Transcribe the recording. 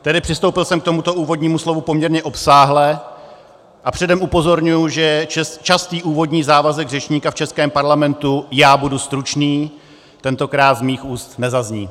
Tedy přistoupil jsem k tomuto úvodnímu slovu poměrně obsáhle a předem upozorňuji, že častý úvodní závazek řečníka v českém parlamentu já budu stručný tentokrát z mých úst nezazní.